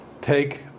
take